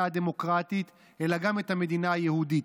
הדמוקרטית אלא גם את המדינה היהודית.